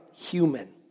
human